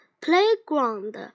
playground